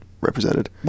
represented